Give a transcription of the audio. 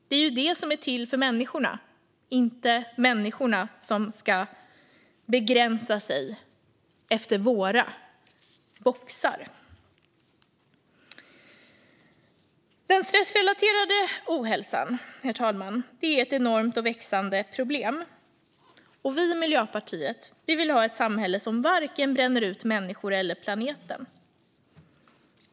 Det är systemet som är till för människorna; det är inte människorna som ska begränsa sig till våra boxar. Den stressrelaterade ohälsan, herr talman, är ett enormt och växande problem. Vi i Miljöpartiet vill ha ett samhälle som varken bränner ut människorna eller planeten.